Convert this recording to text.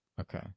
Okay